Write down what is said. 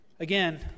Again